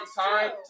time